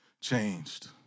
changed